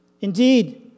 Indeed